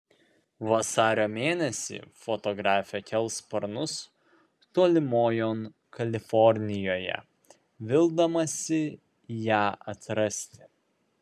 vasario mėnesį fotografė kels sparnus tolimojon kalifornijoje vildamasi ją atrasti